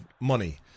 money